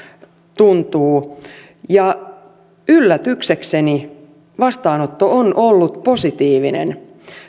tuntuu ja yllätyksekseni vastaanotto on ollut positiivinen